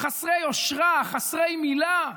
חסרי יושרה, חסרי מילה,